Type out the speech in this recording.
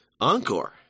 encore